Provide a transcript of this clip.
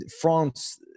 France